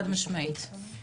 תודה רבה.